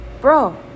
bro